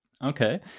Okay